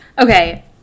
Okay